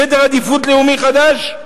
סדר עדיפות לאומי חדש,